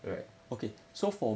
right